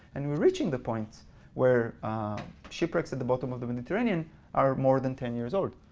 and we're reaching the point where shipwrecks at the bottom of the mediterranean are more than ten years old.